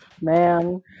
Man